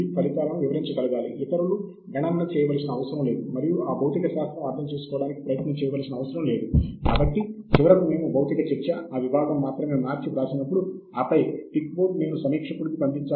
ఇది విశ్వవిద్యాలయం నుండి విశ్వవిద్యాలయానికి మరియు ప్రచురణకర్త నుండి ప్రచురణకర్తకు మారుతూ ఉంటుంది